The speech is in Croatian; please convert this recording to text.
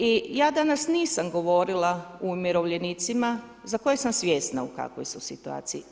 I ja danas nisam govorila o umirovljenicima za koje sam svjesna u kakvoj su situaciji.